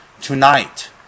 tonight